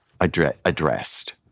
addressed